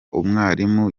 umwarimu